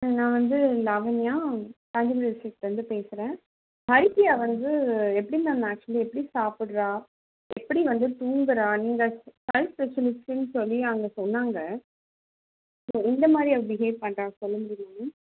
நான் வந்து லாவண்யா ஸ்ட்ரீட்லேர்ந்து பேசுகிறேன் ஹரிபிரியா வந்து எப்படி மேம் ஆக்சுவலி எப்படி சாப்பிட்றா எப்படி வந்து தூங்குகிறா நீங்கள் சைல்ட் ஸ்பெசலிஸ்ட்டுன்னு சொல்லி அவங்க சொன்னாங்க எந்த மா திரி அவள் பிஹேவ் பண்ணுறா சொல்ல முடியுமா